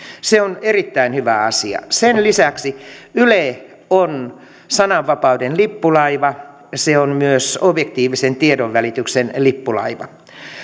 se on erittäin hyvä asia sen lisäksi yle on sananvapauden lippulaiva se on myös objektiivisen tiedonvälityksen lippulaiva